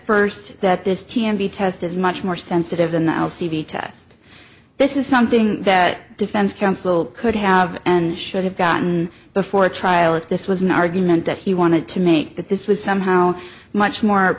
first that this t m b test is much more sensitive than the l c d test this is something that defense counsel could have and should have gotten before trial if this was an argument that he wanted to make that this was somehow much more